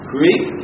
Greek